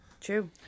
True